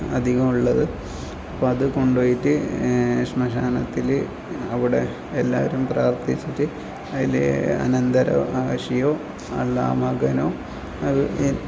അധികോം ഉള്ളത് അപ്പം അത് കൊണ്ട് പോയിട്ട് ശ്മശാനത്തിൽ അവിടെ എല്ലാവരും പ്രാർത്ഥിച്ചിട്ട് അതിൽ അനന്തര അവകാശിയോ അല്ലാ മകനോ അതന്നെ